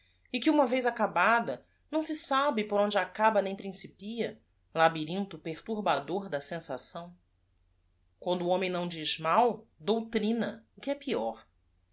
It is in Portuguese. e que uma vez acabada não se sabe p o r onde acaba nem princi pia labyrintho perturbador da sensação uando o homem não d i z m